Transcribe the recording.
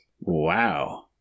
wow